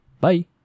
bye